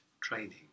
training